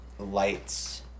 lights